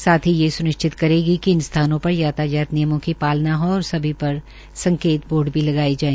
साथ ही यह स्निश्चित करेगी कि इन स्थानों पर यातायात नियमों की पालना स्निश्चित हो और सभी प्रकार संकेत बोर्ड भी लगाए जाए